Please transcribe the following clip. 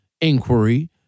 inquiry